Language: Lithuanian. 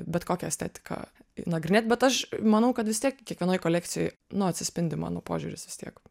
bet kokią estetiką nagrinėt bet aš manau kad vis tiek kiekvienoj kolekcijoj nu atsispindi mano požiūris vis tiek